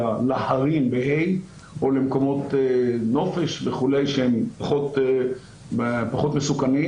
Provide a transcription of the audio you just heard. להרים או למקומות נופש וכו' שהם פחות מסוכנים,